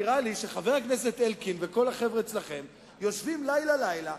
נראה לי שחבר הכנסת אלקין וכל החבר'ה אצלכם יושבים לילה-לילה,